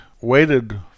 waited